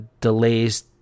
delays